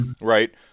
Right